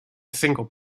single